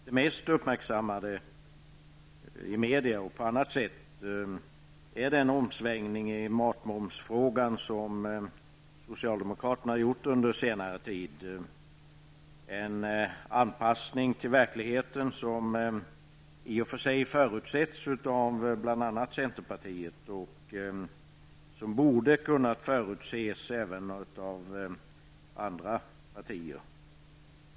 Det mest uppmärksammade i bl.a. media är den omsvängning i matmomsfrågan som socialdemokraterna har gjort under senare tid, en anpassning till verkligheten som i och för sig har förutsetts av bl.a. centerpartiet och som borde ha kunnat förutses även av andra partier.